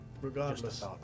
Regardless